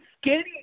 skinny